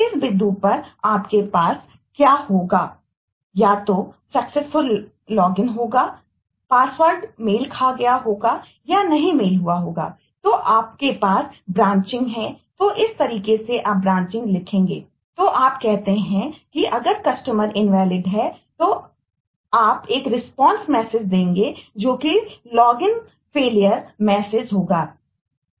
इस बिंदु पर आपके पास क्या होगा आपके पास या तो सक्सेसफुल लॉगिन होगा